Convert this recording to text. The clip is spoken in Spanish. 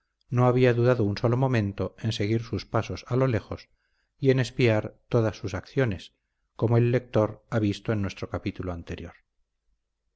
no había dudado un solo momento en seguir sus pasos a lo lejos y en espiar todas sus acciones como el lector ha visto en nuestro capítulo anterior